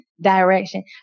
direction